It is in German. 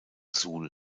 suhl